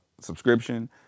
subscription